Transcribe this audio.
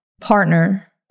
partner